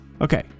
Okay